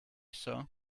sir